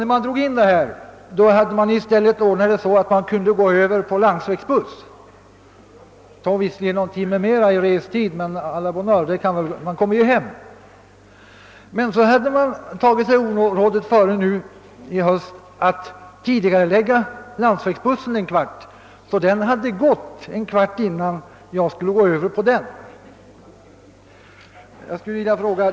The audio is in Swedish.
Vid indragning av rälsbussen var det till en början möjligt att fortsätta resan med landsvägsbuss. Restiden blev då någon timme längre, men, å la bonne heure, jag kom ju hem. Men nu hade man tagit sig orådet före att tidigarelägga landsvägsbussens avgångstid en kvart, innan rälsbussen kom fram till Bollnäs. Jag fick nu beställa fram en bil för de sju mil jag hade kvar att resa.